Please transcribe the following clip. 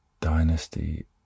dynasty